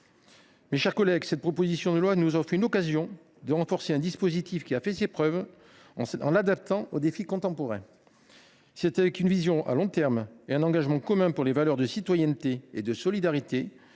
Mes chers collègues, cette proposition de loi nous offre l’occasion de renforcer un dispositif qui a fait ses preuves, en l’adaptant aux défis contemporains. C’est dans une vision de long terme, dans l’esprit de promouvoir les valeurs de citoyenneté et de solidarité,